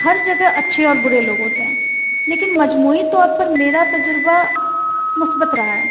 ہر جگہ اچھے اور برے لوگ ہوتے ہیں لیکن مجموعی طور پر میرا تجربہ مثبت رہا ہے